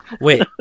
Wait